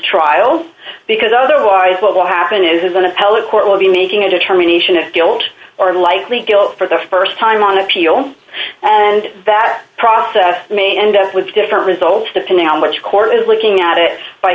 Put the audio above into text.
trial because otherwise what will happen is an appellate court will be making a determination of guilt or likely guilt for the st time on appeal and that process may end up with different results depending on which court is looking at it